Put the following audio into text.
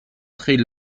traits